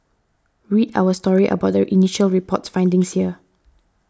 read our story about the initial report's findings here